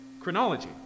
Chronology